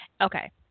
Okay